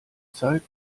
zeit